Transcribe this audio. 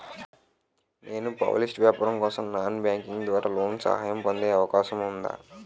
నేను పౌల్ట్రీ వ్యాపారం కోసం నాన్ బ్యాంకింగ్ ద్వారా లోన్ సహాయం పొందే అవకాశం ఉందా?